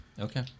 Okay